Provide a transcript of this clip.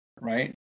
right